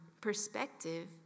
perspective